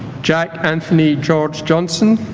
jack anthony george johnson